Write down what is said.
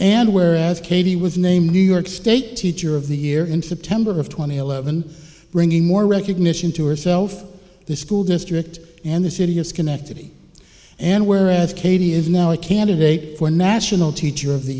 and whereas katie was named new york state teacher of the year in september of two thousand and eleven bringing more recognition to herself the school district and the city of schenectady and whereas katie is now a candidate for national teacher of the